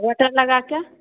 butter लगाके